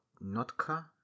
Notka